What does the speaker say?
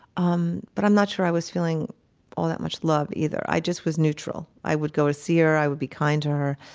um but i'm not sure i was feeling all that much love either. i just was neutral. i would go to see her. i would be kind to her.